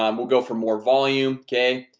um will go for more volume, okay?